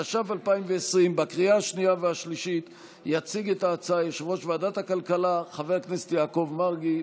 התש"ף 2020. יציג את ההצעה יושב-ראש ועדת הכלכלה חבר הכנסת יעקב מרגי.